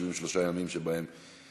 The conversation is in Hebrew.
873 ימים שבהם